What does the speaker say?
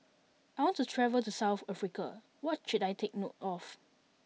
I want to travel to South Africa what should I take note of